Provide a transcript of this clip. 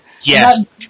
Yes